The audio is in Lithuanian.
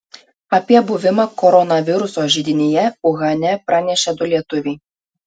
apie buvimą koronaviruso židinyje uhane pranešė du lietuviai